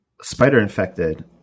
Spider-Infected